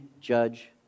judge